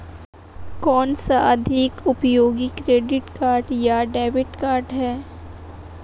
कौनसा अधिक उपयोगी क्रेडिट कार्ड या डेबिट कार्ड है?